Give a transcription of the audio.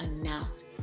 announce